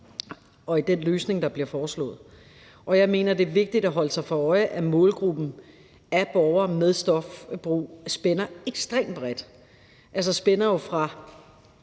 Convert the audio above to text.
og i den løsning, der bliver foreslået. Jeg mener, at det er vigtigt at holde sig for øje, at målgruppen af borgere med stofbrug spænder ekstremt bredt. Den spænder jo fra